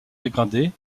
dégradé